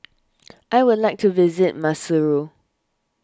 I would like to visit Maseru